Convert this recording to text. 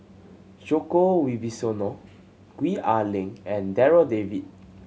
Djoko Wibisono Gwee Ah Leng and Darryl David